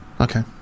Okay